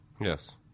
Yes